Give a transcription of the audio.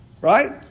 Right